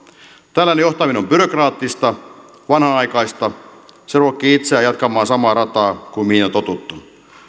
tällainen johtaminen on byrokraattista vanhanaikaista se ruokkii itseään jatkamaan samaa rataa kuin mihin on totuttu